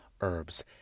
herbs